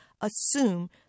assume